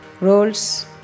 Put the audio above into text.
roles